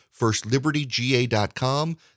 FirstLibertyGA.com